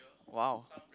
!wow!